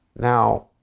now,